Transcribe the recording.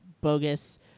bogus